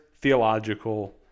theological